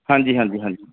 ਹਾਂਜੀ ਹਾਂਜੀ ਹਾਂਜੀ